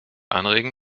anregen